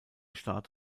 staat